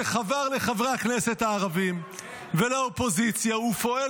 שחבר לחברי הכנסת הערבים ולאופוזיציה ופועל